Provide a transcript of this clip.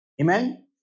Amen